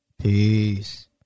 Peace